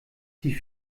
sie